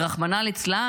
ורחמנא ליצלן,